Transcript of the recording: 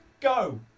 Go